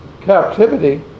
captivity